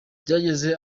byageze